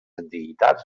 antiguitats